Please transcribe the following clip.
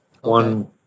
one